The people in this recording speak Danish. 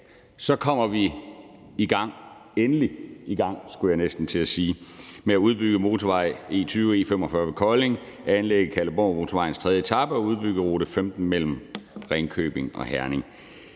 jeg næsten til at sige – med at udbygge motorvej E20 og E45 ved Kolding, anlægge Kalundborgmotorvejens tredje etape og udbygge rute 15 mellem Ringkøbing og Herning.